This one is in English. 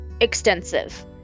extensive